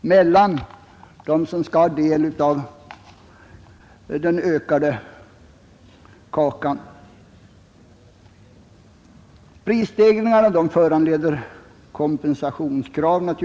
mellan dem som skall dela den ökade kakan. Prisstegringarna föranleder naturligtvis kompensationskrav.